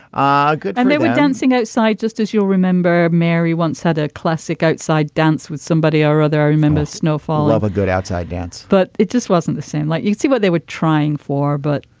ah good and they were dancing outside just as you'll remember mary once had a classic outside dance with somebody or other i remember snowfall of a good outside dance but it just wasn't the same light you see what they were trying for. but